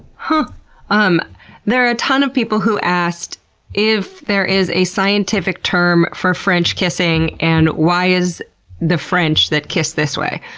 and um there are a ton of people who asked if there is a scientific term for french kissing and why is it the french that kiss this way.